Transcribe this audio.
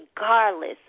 regardless